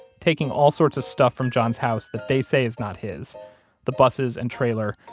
taking all sorts of stuff from john's house that they say is not his the buses and trailer,